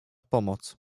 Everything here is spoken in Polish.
pomoc